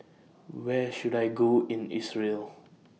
Where should I Go in Israel